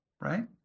right